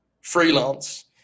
freelance